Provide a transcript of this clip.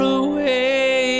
away